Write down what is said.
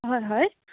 হয় হয়